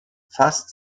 fast